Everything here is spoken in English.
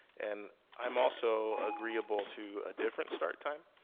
and i'm also agreeable to a different start time.